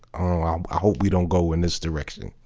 oh i hope we don't go in this direction.